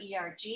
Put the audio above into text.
ERG